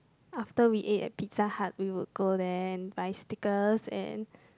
after we ate at Pizza-Hut we will go there and buy stickers and